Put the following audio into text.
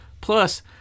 Plus